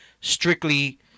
strictly